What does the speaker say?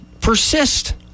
persist